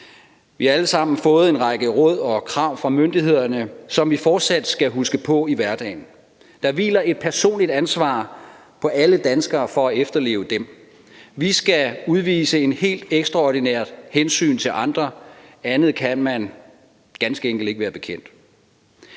Vi har alle sammen fået en række råd og krav fra myndighederne, som vi fortsat skal huske på i hverdagen. Der hviler et personligt ansvar på alle danskere for at efterleve dem. Vi skal udvise et helt ekstraordinært hensyn til andre. Andet kan man ganske enkelt ikke være bekendt.